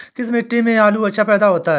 किस मिट्टी में आलू अच्छा पैदा होता है?